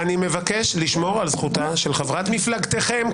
אני מבקש לשמור על זכותה של חברת מפלגתכם,